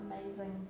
amazing